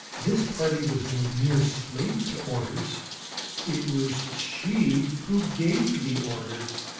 this party was no mere slave to orders it was she who gave the orders.